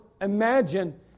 imagine